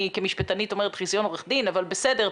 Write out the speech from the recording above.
אני כמשפטנית אומרת חיסיון עורך דין אבל בסדר,